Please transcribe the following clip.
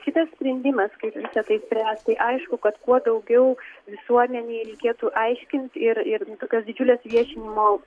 kitas sprendimas kaip visa tai spręsti aišku kad kuo daugiau visuomenei reikėtų aiškint ir ir tokios didžiulės viešinimo